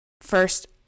First